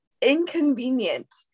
inconvenient